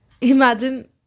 Imagine